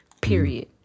Period